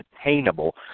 attainable